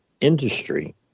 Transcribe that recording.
industry